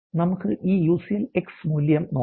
നമുക്ക് ഈ UCL x മൂല്യം നോക്കാം